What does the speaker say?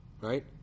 Right